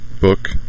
book